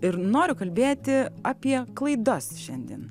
ir noriu kalbėti apie klaidas šiandien